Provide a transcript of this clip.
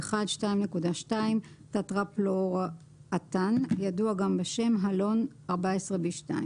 1.1.2.2 טטראפלואורואתן (ידוע גם בשם (Halon 14B2;